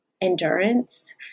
endurance